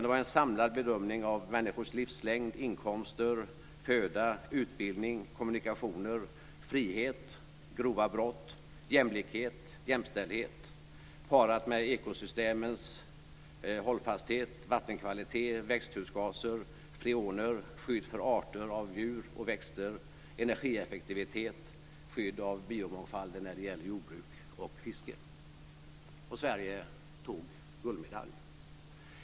Det var en samlad bedömning av människors livslängd, inkomster, föda, utbildning, kommunikationer, frihet, grova brott, jämlikhet och jämställdhet parat med ekosystemens hållfasthet, vattenkvalitet, växthusgaser, freoner, skydd för arter av djur och växter, energieffektivitet och skydd av biomångfalden när det gäller jordbruk och fiske.